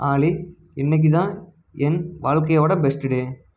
ஆலி இன்றைக்குதான் என் வாழ்க்கையோட பெஸ்ட் டே